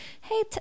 hey